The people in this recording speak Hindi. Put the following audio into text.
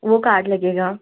वह कार्ड लगेगा